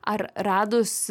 ar radus